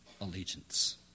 allegiance